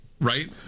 right